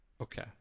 Okay